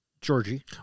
Georgie